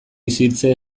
isiltze